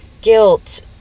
guilt